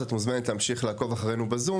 אז את מוזמנת להמשיך לעקוב אחרינו בזום